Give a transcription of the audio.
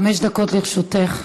חמש דקות לרשותך.